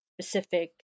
specific